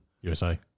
USA